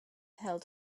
held